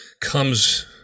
comes